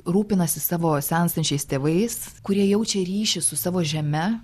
rūpinasi savo senstančiais tėvais kurie jaučia ryšį su savo žeme